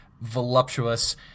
voluptuous